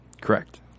Correct